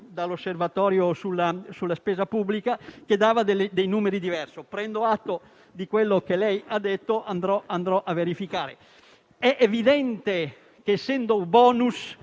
dall'Osservatorio sulla spesa pubblica, che dava dei numeri diversi. Prendo atto di quanto che lei ha detto e andrò a verificare. È evidente che, essendo *bonus*,